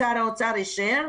ששר האוצר אישר,